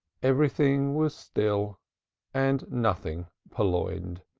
everything was still and nothing purloined,